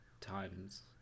times